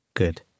Good